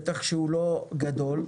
שהוא לא גדול,